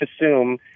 assume